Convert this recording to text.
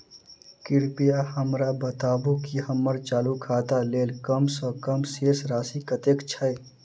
कृपया हमरा बताबू की हम्मर चालू खाता लेल कम सँ कम शेष राशि कतेक छै?